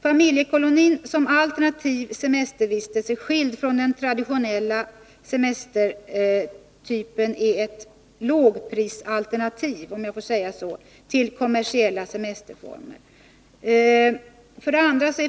Familjekolonin som alternativ semestervistelse skild från den traditionella semestertypen är ett ”lågprisalternativ” till kommersiella semesterformer. 2.